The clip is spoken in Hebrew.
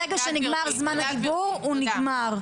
ברגע שנגמר זמן הדיבור הוא נגמר.